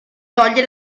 toglie